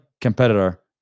competitor